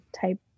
type